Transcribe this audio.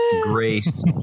Grace